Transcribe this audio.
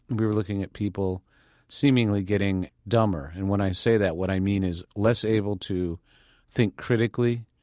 and we were looking at people seemingly getting dumber. and when i say that, what i mean is less able to think critically,